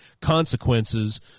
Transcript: consequences